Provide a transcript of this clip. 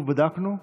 בדקנו שוב,